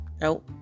no